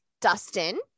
dustin